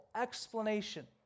explanation